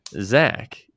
Zach